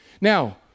Now